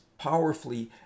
powerfully